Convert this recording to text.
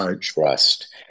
trust